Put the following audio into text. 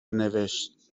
نوشت